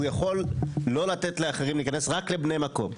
הוא יכול לא לתת לאחרים להיכנס, רק לבני מקום.